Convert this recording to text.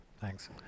Thanks